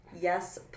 Yes